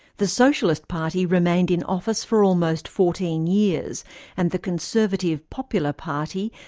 the socialist party remained in office for almost fourteen years and the conservative popular party,